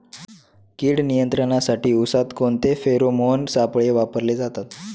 कीड नियंत्रणासाठी उसात कोणते फेरोमोन सापळे वापरले जातात?